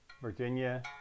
Virginia